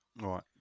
Right